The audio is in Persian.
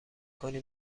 کنی